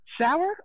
shower